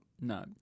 No